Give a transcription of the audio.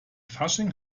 fasching